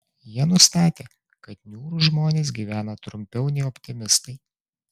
jie nustatė kad niūrūs žmonės gyvena trumpiau nei optimistai